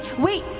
wait,